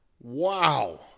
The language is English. Wow